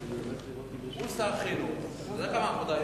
השר, אתה עוזב?